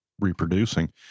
reproducing